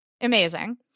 Amazing